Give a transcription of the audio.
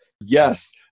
yes